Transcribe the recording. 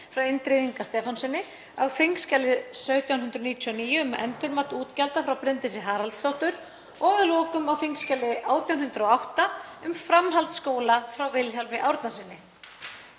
frá Indriða Inga Stefánssyni, á þskj. 1799, um endurmat útgjalda, frá Bryndísi Haraldsdóttur og að lokum á þskj. 1808, um framhaldsskóla, frá Vilhjálmi Árnasyni.